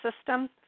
system